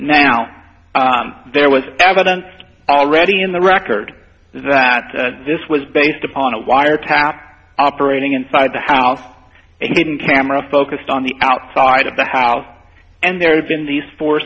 now there was evidence already in the record that this was based upon a wiretap operating inside the house hidden camera focused on the outside of the house and there had been these fo